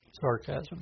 sarcasm